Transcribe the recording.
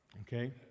okay